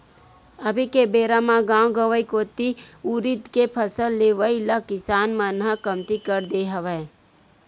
अभी के बेरा म गाँव गंवई कोती उरिद के फसल लेवई ल किसान मन ह कमती कर दे हवय